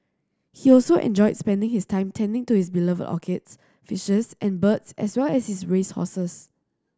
he also enjoyed spending his time tending to his beloved orchids fishes and birds as well as his race horses